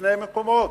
לשני מקומות,